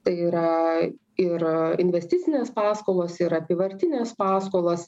tai yra ir investicinės paskolos ir apyvartinės paskolos